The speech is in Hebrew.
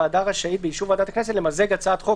שזו הצעת החוק